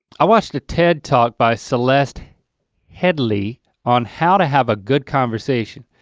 i watched a ted talk by celeste headlee on how to have a good conversation.